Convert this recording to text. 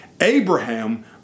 Abraham